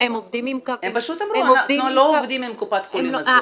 הם עובדים מול --- הם פשוט אמרו שהם לא עובדים עם קופת החולים הזאת.